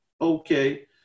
okay